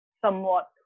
somewhat